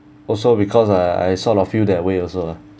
also because ah I sort of feel that way also lah